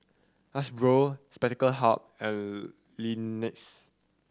Hasbro Spectacle Hut and Lexus